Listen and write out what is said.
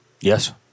yes